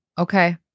Okay